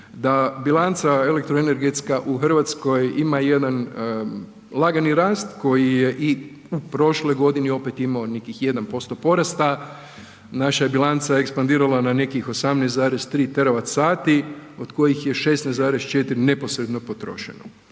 da bilanca elektroenergetska u Hrvatskoj ima jedan lagani rast koji je i u prošloj godini opet imao nekih 1% porasta. Naša je bilanca ekspandirala na nekih 18,3 Teravat sati od kojih je 16,4 neposredno potrošeno.